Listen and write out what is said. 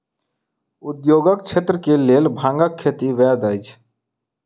उद्योगक क्षेत्र के लेल भांगक खेती वैध अछि